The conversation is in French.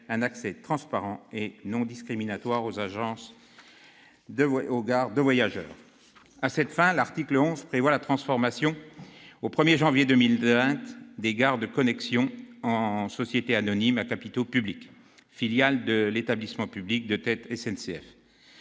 un accès transparent et non discriminatoire aux gares de voyageurs. À cette fin, l'article 11 prévoit la transformation, au 1 janvier 2020, de Gares & Connexions en société anonyme à capitaux publics, filiale de l'établissement public « de tête » SNCF.